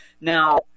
Now